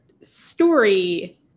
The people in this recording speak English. story